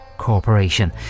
corporation